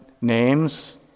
names